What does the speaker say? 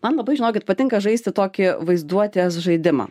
man labai žinokit patinka žaisti tokį vaizduotės žaidimą